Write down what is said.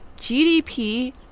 GDP